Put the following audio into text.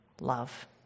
love